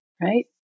right